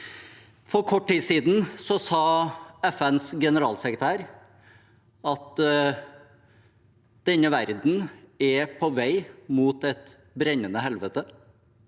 For kort tid siden sa FNs generalsekretær at denne verdenen er på vei mot et brennende helvete.